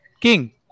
King